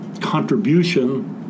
contribution